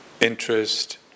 interest